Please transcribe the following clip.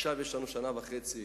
יש לנו עכשיו שנה וחצי